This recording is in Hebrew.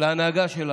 להנהגה שלנו,